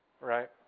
right